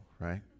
right